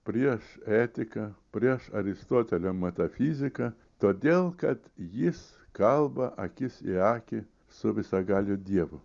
prieš etiką prieš aristotelio metafiziką todėl kad jis kalba akis į akį su visagaliu dievu